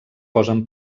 posen